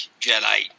Jedi